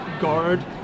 guard